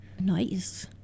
Nice